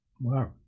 Wow